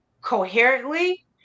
coherently